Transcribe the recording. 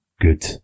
good